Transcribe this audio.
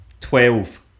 Twelve